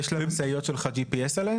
יש למשאיות GPS?